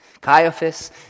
Caiaphas